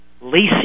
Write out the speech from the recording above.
Lacey